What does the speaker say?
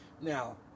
Now